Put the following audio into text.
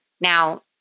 now